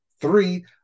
three